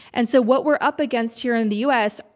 and so what we're up against here in the u. s.